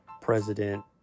president